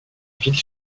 ville